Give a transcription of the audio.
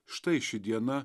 štai ši diena